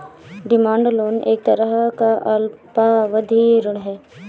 demand loan एक तरह का अल्पावधि ऋण है